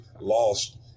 lost